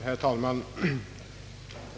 Herr talman!